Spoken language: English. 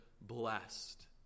blessed